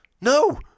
No